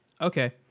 Okay